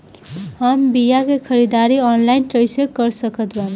हम बीया के ख़रीदारी ऑनलाइन कैसे कर सकत बानी?